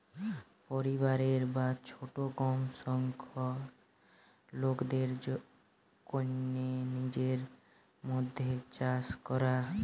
পরিবারের বা ছোট কম সংখ্যার লোকদের কন্যে নিজেদের মধ্যে চাষ করা